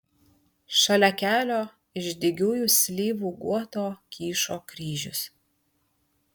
šalia kelio iš dygiųjų slyvų guoto kyšo kryžius